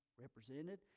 represented